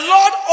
Lord